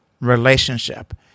relationship